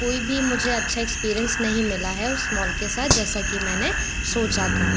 कोई भी मुझे अच्छा एक्सपिरीयंस नहीं मिला है उस मॉल के साथ जैसा कि मैंने सोचा था